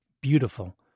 beautiful